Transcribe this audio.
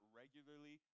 regularly